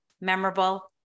memorable